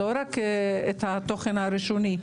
לא רק על התוכן הראשוני.